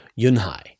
Yunhai